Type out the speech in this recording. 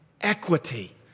equity